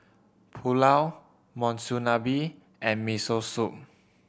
Pulao Monsunabe and Miso Soup